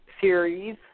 series